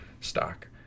stock